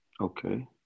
Okay